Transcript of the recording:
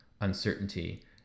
uncertainty